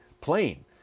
plane